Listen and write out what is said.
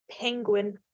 Penguin